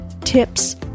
tips